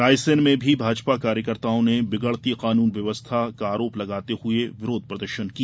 रायसेन में भी भाजपा कार्यकर्ताओं ने बिगड़ती कानून व्यवस्था के खिलाफ विरोध प्रदर्शन किया